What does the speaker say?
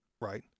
right